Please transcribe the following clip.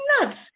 nuts